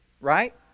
right